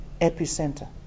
epicenter